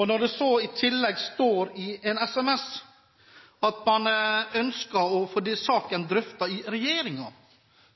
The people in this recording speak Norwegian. Når det i tillegg står i en sms at man ønsker å få saken drøftet i regjeringen,